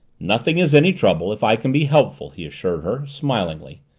nothing is any trouble if i can be helpful, he assured her, smilingly.